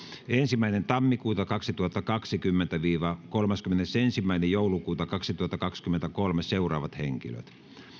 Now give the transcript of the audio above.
ensimmäinen ensimmäistä kaksituhattakaksikymmentä viiva kolmaskymmenesensimmäinen kahdettatoista kaksituhattakaksikymmentäkolme seuraavat henkilöt